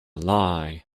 lie